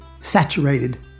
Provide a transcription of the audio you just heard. saturated